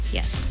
Yes